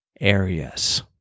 areas